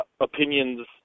opinions